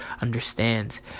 understands